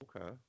Okay